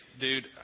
dude